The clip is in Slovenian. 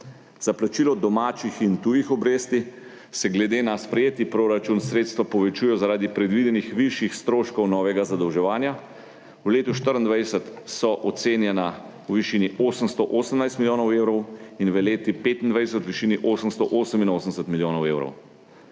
Za plačilo domačih in tujih obresti se glede na sprejeti proračun sredstva povečujejo zaradi predvidenih višjih stroškov novega zadolževanja. V letu 2024 so ocenjena v višini 818 milijonov evrov in v letu 2025 v višini 888 milijonov evrov.